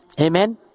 Amen